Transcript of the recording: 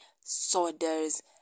sodas